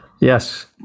Yes